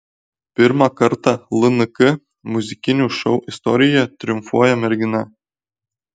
pirmą kartą lnk muzikinių šou istorijoje triumfuoja mergina